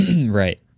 Right